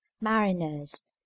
mariners